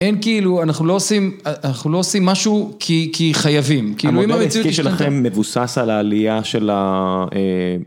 אין כאילו, אנחנו לא עושים, אנחנו לא עושים משהו כי חייבים. כאילו אם המציאות יש לכם... המודל העסקי שלכם מבוסס על העלייה של ה...